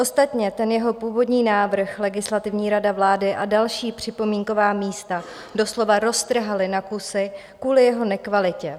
Ostatně jeho původní návrh Legislativní rada vlády a další připomínková místa doslova roztrhaly na kusy kvůli jeho nekvalitě.